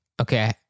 Okay